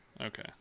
Okay